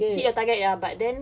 hit the target